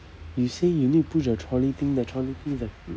you say you need to push the trolley thing the trolley thing is the